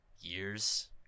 years